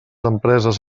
empreses